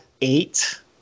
eight